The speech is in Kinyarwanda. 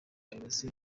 bayobozi